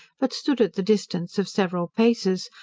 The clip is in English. but stood at the distance of several paces,